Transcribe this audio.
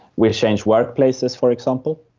we change workplaces, for example,